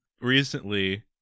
recently